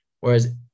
Whereas